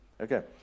Okay